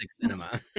cinema